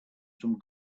some